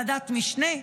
ועדת המשנה,